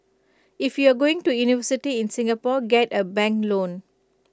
if you're going to university in Singapore get A bank loan